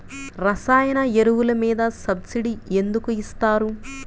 రసాయన ఎరువులు మీద సబ్సిడీ ఎందుకు ఇస్తారు?